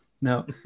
no